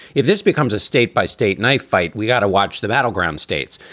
if this becomes a state by state knife fight, we got to watch the battleground states.